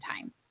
time